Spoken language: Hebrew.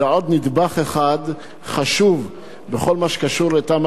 זה עוד נדבך אחד חשוב בכל מה שקשור לתמ"א